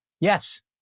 Yes